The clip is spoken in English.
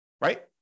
right